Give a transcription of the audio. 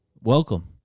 welcome